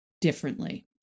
differently